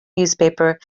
newspaper